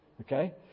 okay